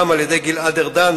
גם על-ידי גלעד ארדן,